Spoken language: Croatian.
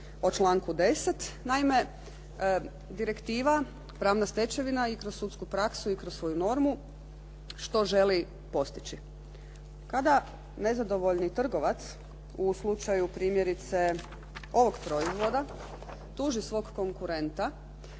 o članku 10. Naime, direktiva, pravna stečevina i kroz sudsku praksu i kroz svoju normu što želi postići. Kada nezadovoljni trgovac u slučaju primjerice ovog proizvoda tuži svog konkurenta